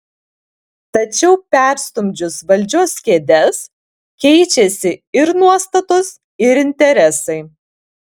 tačiau perstumdžius valdžios kėdes keičiasi ir nuostatos ir interesai